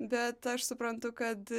bet aš suprantu kad